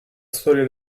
storia